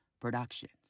Productions